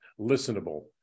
listenable